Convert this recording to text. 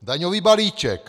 Daňový balíček.